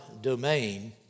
domain